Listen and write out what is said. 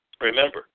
Remember